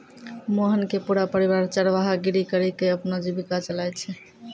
मोहन के पूरा परिवार चरवाहा गिरी करीकॅ ही अपनो जीविका चलाय छै